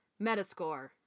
Metascore